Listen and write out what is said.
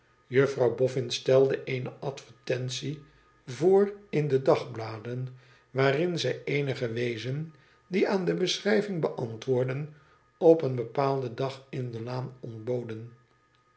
juffrouw boffin stelde eene advertentie voor in de dagbladen waarin zij eenige weezen die aan de beschrijving beantwoordden op een bepaalden dag in de laan